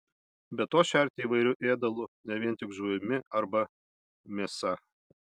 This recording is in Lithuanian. be to šerti įvairiu ėdalu ne vien tik žuvimi arba mėsa